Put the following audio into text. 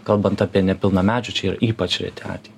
kalbant apie nepilnamečius čia yra ypač reti atvejai